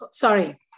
Sorry